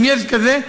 אם יש כזו,